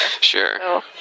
Sure